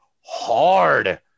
hard